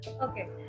Okay